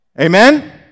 Amen